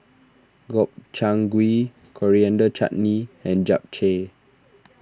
Gobchang Gui Coriander Chutney and Japchae